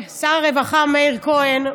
שר הרווחה מאיר כהן,